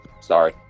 Sorry